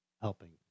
helping